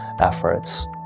efforts